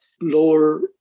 lower